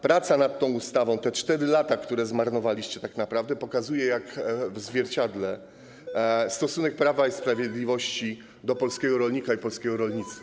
Praca nad tą ustawą, te 4 lata, które zmarnowaliście tak naprawdę, pokazują jak w zwierciadle stosunek Prawa i Sprawiedliwości do polskiego rolnika i polskiego rolnictwa.